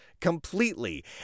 completely